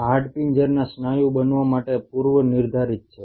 આ હાડપિંજરના સ્નાયુ બનવા માટે પૂર્વ નિર્ધારિત છે